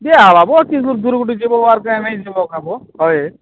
ଯିବା ବାବୁ ଟିକେ ଦୂର୍କୁ ଟିକେ ଯିବା ଆର୍ କାଇଁ ନାଇଁଯିବ କାଁ ବୋ ହଏ